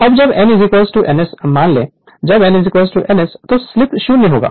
अब जब n n S मान लें जब n n S तब स्लिप 0 होगा